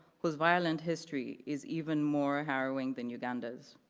whose violent history is even more harrowing than uganda's.